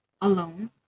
alone